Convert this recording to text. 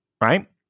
Right